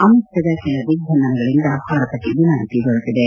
ಅಮೆರಿಕದ ಕೆಲ ದಿಗ್ಪಂಧನಗಳಿಂದ ಭಾರತಕ್ಕೆ ವಿನಾಯಿತಿ ದೊರೆತಿದೆ